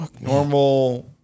normal